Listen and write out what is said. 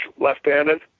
left-handed